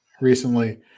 recently